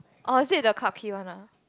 or is it the Clarke-Quay one ah